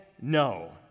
no